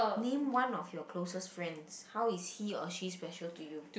name one of your closest friends how is he or she special to you